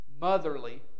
motherly